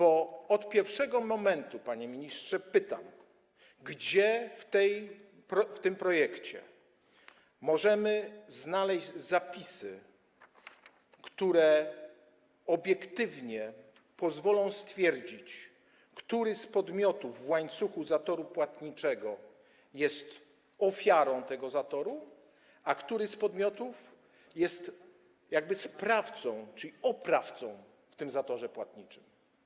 Od pierwszego momentu, panie ministrze, pytam, gdzie w tym projekcie możemy znaleźć zapisy, które obiektywnie pozwolą stwierdzić, który z podmiotów w łańcuchu zatoru płatniczego jest ofiarą tego zatoru, a który z podmiotów jest sprawcą, czyli oprawcą w tym zatorze płatniczym.